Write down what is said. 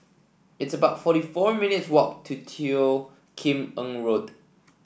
it's about forty four minutes' walk to Teo Kim Eng Road